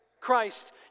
Christ